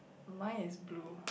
mine is blue